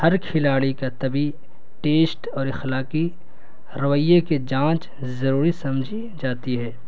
ہر کھلاڑی کا تبھی ٹیشٹ اور اخلاقی رویہ کے جانچ ضروری سمجھی جاتی ہے